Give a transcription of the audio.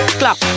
clap